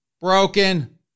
broken